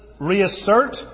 reassert